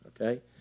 okay